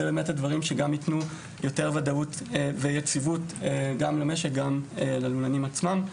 זה ייתן יותר וודאות ויציבות גם למשק וגם ללולנים עצמם.